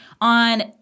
on